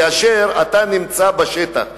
כאשר אתה נמצא בשטח,